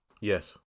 Yes